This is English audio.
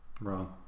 wrong